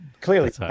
clearly